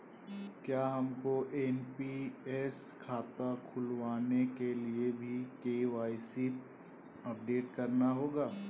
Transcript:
क्या हमको एन.पी.एस खाता खुलवाने के लिए भी के.वाई.सी अपडेट कराना होगा?